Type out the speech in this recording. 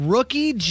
Rookie